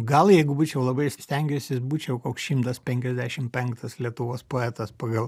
gal jeigu būčiau labai stengęsis būčiau koks šimtas penkiasdešim penktas lietuvos poetas pagal